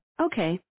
Okay